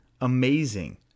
Amazing